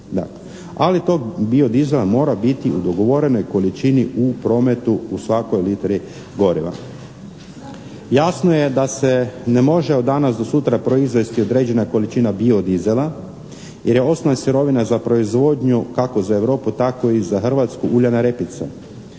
Ali tog bio dizela mora biti u dogovorenoj količini u prometu u svakoj litri goriva. Jasno je da se ne može od danas do sutra proizvesti određena količina bio dizela jer je osnovna sirovina za proizvodnju kako za Europu tako i za Hrvatsku, uljana repica.